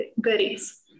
goodies